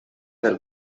del